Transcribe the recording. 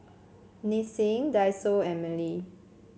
Nissin Daiso and Mili